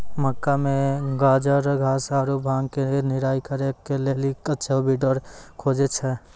मक्का मे गाजरघास आरु भांग के निराई करे के लेली अच्छा वीडर खोजे छैय?